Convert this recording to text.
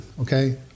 okay